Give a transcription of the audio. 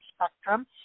spectrum